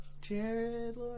Jared